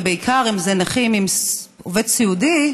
ובעיקר אם אלה נכים עם עובד סיעודי,